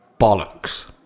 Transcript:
Bollocks